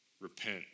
Repent